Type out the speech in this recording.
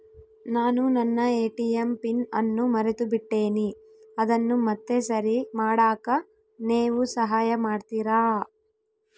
ನಾನು ನನ್ನ ATM pin ಅನ್ನು ಮರೆತುಬಿಟ್ಟೇನಿ ಅದನ್ನು ಮತ್ತೆ ಸರಿ ಮಾಡಾಕ ನೇವು ಸಹಾಯ ಮಾಡ್ತಿರಾ?